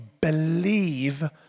believe